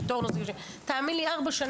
ו"רטורנו" זה נשים וגברים.